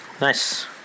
Nice